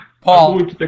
Paul